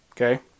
Okay